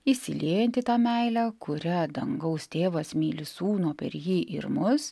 įsiliejant į tą meilę kuria dangaus tėvas myli sūnų per jį ir mus